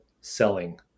selling